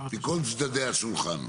מכל צדדי השולחן,